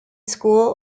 school